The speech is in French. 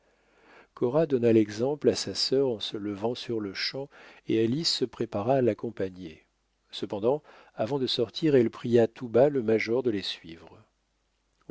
cora donna l'exemple à sa sœur en se levant sur-le-champ et alice se prépara à l'accompagner cependant avant de sortir elle pria tout bas le major de les suivre